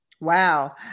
Wow